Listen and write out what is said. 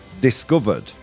discovered